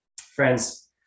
Friends